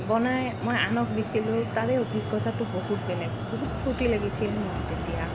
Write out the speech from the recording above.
বনাই মই আনক দিছিলোঁ তাৰে অভিজ্ঞতাটো বহুত বেলেগ বহুত ফূৰ্তি লাগিছিল মোৰ তেতিয়া